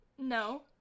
no